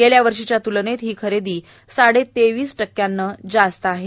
गेल्या वर्षीच्या त्लनेत ही खरेदी साडेतेवीस टक्क्यानं अधिक आहे